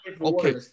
okay